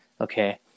Okay